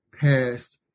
past